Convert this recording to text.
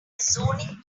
zoning